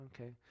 okay